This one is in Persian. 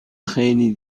خیلی